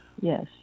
yes